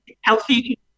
healthy